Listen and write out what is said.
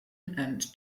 and